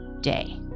day